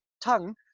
tongue